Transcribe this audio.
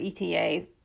ETA